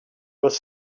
was